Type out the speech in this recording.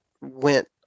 went